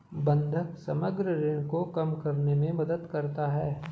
बंधक समग्र ऋण को कम करने में मदद करता है